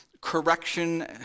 correction